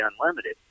unlimited